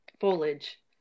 foliage